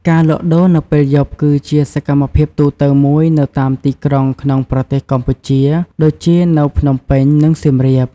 ការលក់ដូរនៅពេលយប់គឺជាសកម្មភាពទូទៅមួយនៅតាមទីក្រុងក្នុងប្រទេសកម្ពុជា ដូចជា នៅភ្នំពេញ និងសៀមរាប។